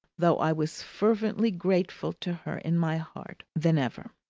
though i was fervently grateful to her in my heart, than ever.